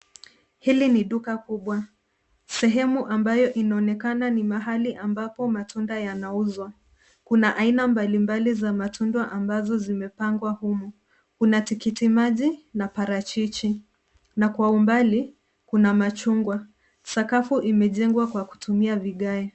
Hili ni duka kubwa, sehemu ambayo inaonekana ni mahali ambapo matunda yanauzwa. Kuna aina mbali mbali za matunda ambazo zimepangwa humu. Kuna tikiti maji na parachichi, na kwa umbali Kuna machungwa. Sakafu imejengwa kwa kutumia vigae.